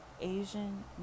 asian